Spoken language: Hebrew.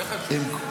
זה חשוב.